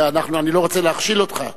כי אני לא רוצה להכשיל אותך.